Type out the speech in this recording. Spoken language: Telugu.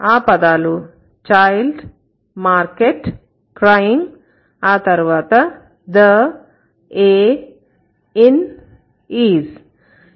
ఆ పదాలు child market crying ఆ తర్వాత the a in is